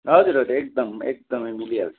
हजुर हजुर एकदम एकदमै मिलिहाल्छ